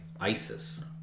Isis